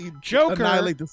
Joker